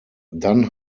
dann